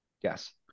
Yes